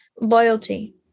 Loyalty